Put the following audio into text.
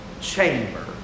chamber